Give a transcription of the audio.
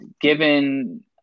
given